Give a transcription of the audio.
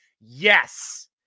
Yes